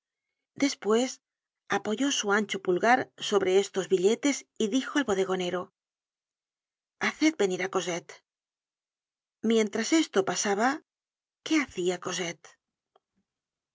despues apoyó su ancho pulgar sobre estos billetes y dijo al bodegonero haced venir á cosette mientras esto pasaba qué hacia